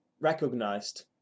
recognized